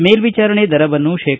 ಮೇಲ್ವಿಚಾರಣೆ ದರವನ್ನು ಶೇ